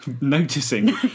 Noticing